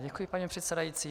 Děkuji, paní předsedající.